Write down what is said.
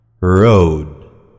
road